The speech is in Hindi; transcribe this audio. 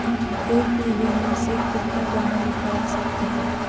एक बीघे में से कितना गन्ना निकाल सकते हैं?